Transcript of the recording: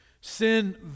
Sin